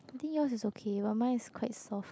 I think yours' is okay but mine is quite soft